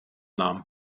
nahm